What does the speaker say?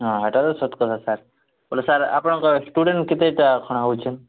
ହଁ ଏଇଟା ସତ୍ କଥା ସାର୍ ବୋଲେ ସାର୍ ଆପଣଙ୍କର ଷ୍ଟୁଡେଣ୍ଟ କେତେଟା କ'ଣ ହଉଛନ୍